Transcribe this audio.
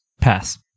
Pass